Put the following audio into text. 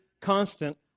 constant